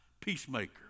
peacemaker